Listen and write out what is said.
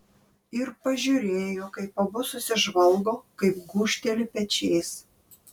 ir pažiūrėjo kaip abu susižvalgo kaip gūžteli pečiais